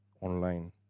online